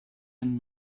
and